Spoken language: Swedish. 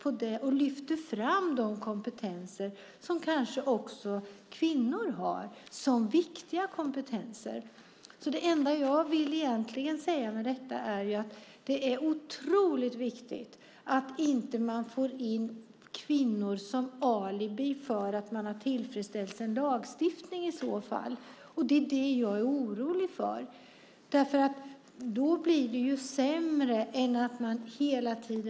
Vi lyfter fram de kompetenser som kanske också kvinnor har som viktiga kompetenser. Det enda jag egentligen vill säga med detta är att det är otroligt viktigt att man inte får in kvinnor som alibi för att man har tillfredsställt en lagstiftning. Det är det jag är orolig för. Då blir det ju sämre.